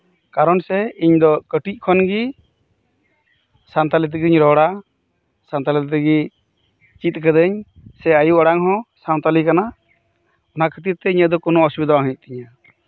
ᱠᱟᱨᱚᱱ ᱥᱮ ᱤᱧ ᱫᱚ ᱠᱟᱹᱴᱤᱡ ᱠᱷᱚᱱ ᱜᱮ ᱥᱟᱱᱛᱟᱲᱤ ᱛᱮᱜᱤᱧ ᱨᱚᱲᱟ ᱥᱟᱱᱛᱟᱲᱤ ᱛᱮᱜᱮ ᱪᱮᱫ ᱠᱟᱹᱫᱟᱹᱧ ᱥᱮ ᱟᱭᱳ ᱟᱲᱟᱝ ᱦᱚᱸ ᱥᱟᱱᱛᱟᱲᱤ ᱠᱟᱱᱟ ᱚᱱᱟ ᱠᱷᱟᱹᱛᱤᱨ ᱛᱮ ᱤᱧᱟᱹᱜ ᱫᱚ ᱠᱳᱱᱳ ᱚᱥᱩᱵᱤᱫᱷᱟ ᱵᱟᱝ ᱦᱩᱭᱩᱜ ᱛᱤᱧᱼᱟ